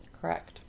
Correct